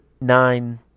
Nine